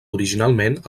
originalment